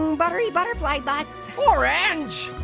um buttery, butterfly butts. orange!